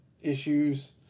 issues